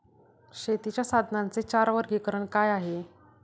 शेतीच्या साधनांचे चार वर्गीकरण काय आहे?